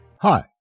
Hi